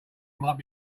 might